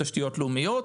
בתשתיות לאומיות.